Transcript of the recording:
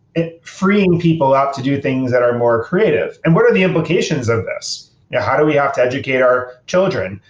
freeing people up to do things that are more creative? and what are the implications of this? now how do we have to educate our children?